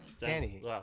Danny